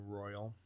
royal